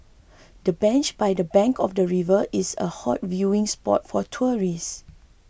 the bench by the bank of the river is a hot viewing spot for tourists